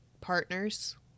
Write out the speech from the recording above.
partners